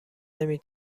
نمی